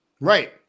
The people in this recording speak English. Right